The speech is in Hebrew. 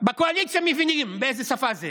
בקואליציה מבינים באיזו שפה זה.